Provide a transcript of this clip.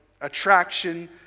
attraction